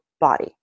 body